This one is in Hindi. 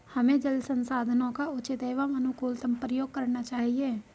हमें जल संसाधनों का उचित एवं अनुकूलतम प्रयोग करना चाहिए